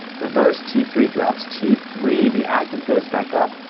reverse t three drops, t three the active goes back up,